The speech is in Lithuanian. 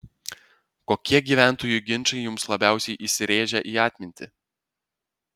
kokie gyventojų ginčai jums labiausiai įsirėžė į atmintį